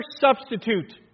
substitute